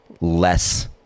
less